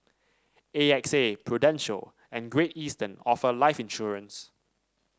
A X A Prudential and Great Eastern offer life insurance